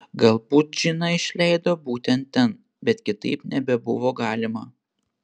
galbūt džiną išleido būtent ten bet kitaip nebebuvo galima